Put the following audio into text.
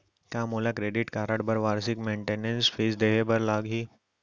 का मोला credit card बर वार्षिक मेंटेनेंस फीस देहे बर लागही?